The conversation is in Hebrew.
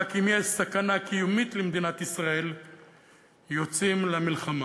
רק אם יש סכנה קיומית למדינת ישראל יוצאים למלחמה".